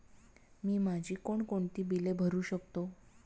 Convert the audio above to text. मी माझी कोणकोणती बिले भरू शकतो?